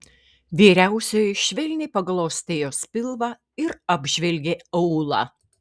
vyriausioji švelniai paglostė jos pilvą ir apžvelgė aulą